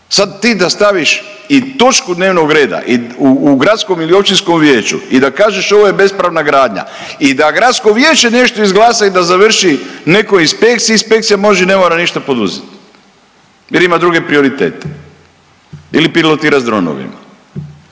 Sad ti da staviš i točku dnevnog reda u gradskom ili općinskom vijeću i da kažeš ovo je bespravna gradnja i da gradsko vijeće nešto izglasa i da završi netko u inspekciji, inspekcija može i ne mora ništa poduzeti jer ima druge prioritete ili pilotira s dronovima.